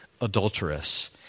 adulteress